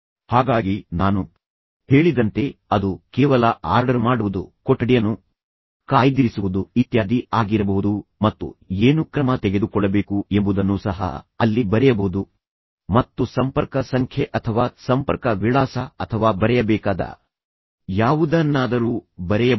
ಹಾಗಾಗಿ ನಾನು ಹೇಳಿದಂತೆ ಅದು ಕೇವಲ ಆರ್ಡರ್ ಮಾಡುವುದು ಕೊಠಡಿಯನ್ನು ಕಾಯ್ದಿರಿಸುವುದು ಇತ್ಯಾದಿ ಆಗಿರಬಹುದು ಮತ್ತು ಏನು ಕ್ರಮ ತೆಗೆದುಕೊಳ್ಳಬೇಕು ಎಂಬುದನ್ನು ಸಹ ಅಲ್ಲಿ ಬರೆಯಬಹುದು ಮತ್ತು ಸಂಪರ್ಕ ಸಂಖ್ಯೆ ಅಥವಾ ಸಂಪರ್ಕ ವಿಳಾಸ ಅಥವಾ ಬರೆಯಬೇಕಾದ ಯಾವುದನ್ನಾದರೂ ಬರೆಯಬಹುದು